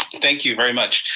thank you very much.